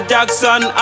Jackson